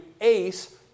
ace